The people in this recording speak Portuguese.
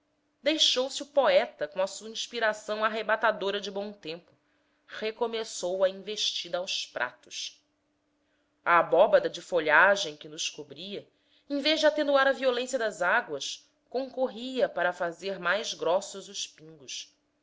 de desordem deixou-se o poeta com a sua inspiração arrebatadora de bom tempo recomeçou a investida aos pratos a abóbada de folhagem que nos cobria em vez de atenuar a violência das águas concorria para fazer mais grossos os pingos